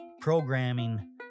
programming